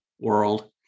world